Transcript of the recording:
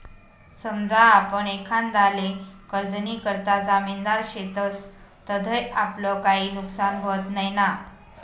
समजा आपण एखांदाले कर्जनीकरता जामिनदार शेतस तधय आपलं काई नुकसान व्हत नैना?